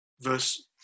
verse